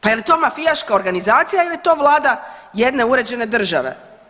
Pa je li to mafijaška organizacija ili je to vlada jedne uređene države?